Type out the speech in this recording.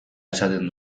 esaten